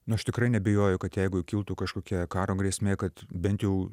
na aš tikrai neabejoju kad jeigu kiltų kažkokia karo grėsmė kad bent jau